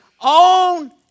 own